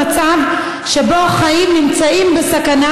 אסור לנו לחזור למצב שבו חיים נמצאים בסכנה